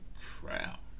crap